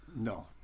No